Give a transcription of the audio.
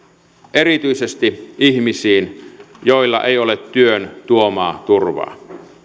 erityisesti ihmisiin joilla ei ole työn tuomaa turvaa